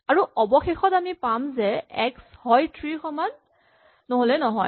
আৰু অৱশেষত আমি পাম যে এক্স হয় থ্ৰী ৰ সমান নহ'লে নহয়